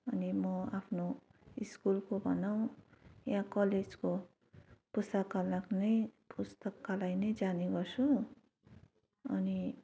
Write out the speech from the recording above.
अनि म आफ्नो स्कुलको भनौँ या कलेजको पुस्तकालक नै पुस्तकालय नै जाने गर्छु अनि